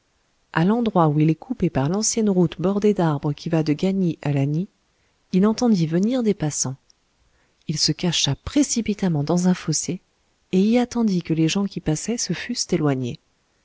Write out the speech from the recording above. à l'endroit où il est coupé par l'ancienne route bordée d'arbres qui va de gagny à lagny il entendit venir des passants il se cacha précipitamment dans un fossé et y attendit que les gens qui passaient se fussent éloignés